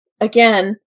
again